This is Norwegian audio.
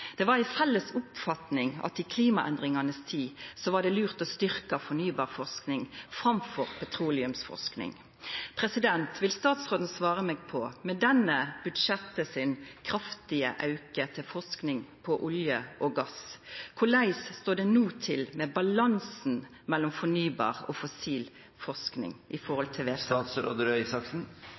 Det var ei felles oppfatning at i klimaendringanes tid var det lurt å styrkja fornybar forsking framfor petroleumsforsking. Vil statsråden svara meg på, med den kraftige auken i dette budsjettet til forsking på olje og gass: Korleis står det no til med balansen mellom fornybar og fossil forsking? Det er flere konkrete satsinger på klimaforskning i